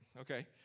Okay